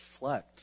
reflect